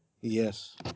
Yes